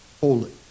holy